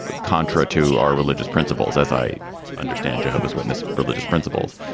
contra to our religious principles, as i understand jehovah's witness religious principles.